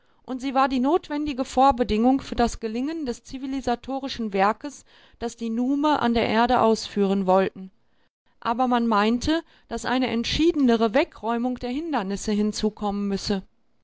und sie war die notwendige vorbedingung für das gelingen des zivilisatorischen werkes das die nume an der erde ausführen wollten aber man meinte daß eine entschiedenere wegräumung der hindernisse hinzukommen müsse